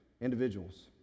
individuals